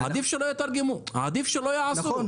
עדיף שלא יתרגמו ועדיף שלא יעשו.